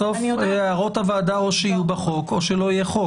בסוף הערות הוועדה יהיו בחוק או שלא יהיה חוק.